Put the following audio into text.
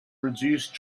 reduced